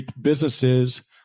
businesses